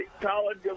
College